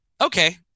okay